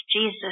Jesus